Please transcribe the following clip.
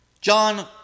John